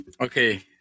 Okay